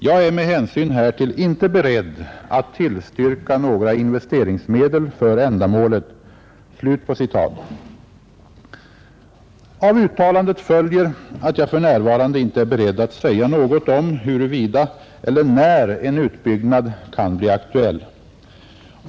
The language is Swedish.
Jag är med hänsyn härtill inte beredd att tillstyrka några investeringsmedel för ändamålet.” Av uttalandet följer att jag för närvarande inte är beredd att säga något om huruvida eller när en utbyggnad kan bli aktuell.